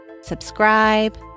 subscribe